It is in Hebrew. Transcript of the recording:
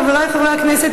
חברי חברי הכנסת,